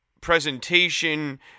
presentation